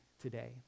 today